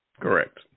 Correct